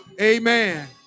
Amen